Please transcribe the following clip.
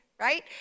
right